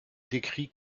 décrit